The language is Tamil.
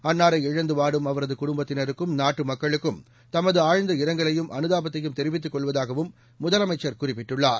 அன்னாரை இழந்து வாடும் அவரது குடும்பத்தினருக்கும் நாட்டு மக்களுக்கும் தமது ஆழ்ந்த இரங்கலையும் அனுதாபத்தையும் தெரிவித்துக் கொள்வதாகவும் முதலமைச்சர் குறிப்பிட்டுள்ளார்